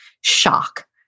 shock